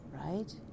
right